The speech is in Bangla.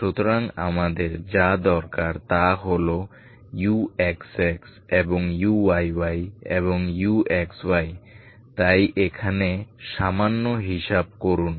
সুতরাং আমাদের যা দরকার তা হল uxx এবং uyy এবং uxy তাই এখানে সামান্য হিসাব করুন